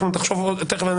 אנחנו תכף נחשוב על ניסוח.